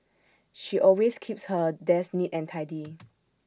she always keeps her desk neat and tidy